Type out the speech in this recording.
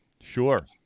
Sure